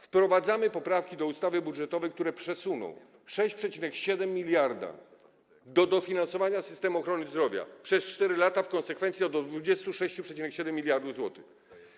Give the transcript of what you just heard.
Wprowadzamy poprawki do ustawy budżetowej, by przesunąć 6,7 mld na dofinansowanie systemu ochrony zdrowia przez 4 lata, w konsekwencji do 26,7 mld zł.